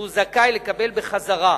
והוא זכאי לקבלה בחזרה.